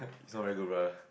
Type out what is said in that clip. it's not very good bruh